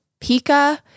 Pika